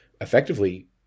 effectively